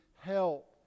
help